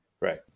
Right